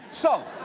so,